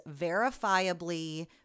verifiably